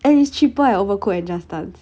and it's cheaper eh overcook and just dance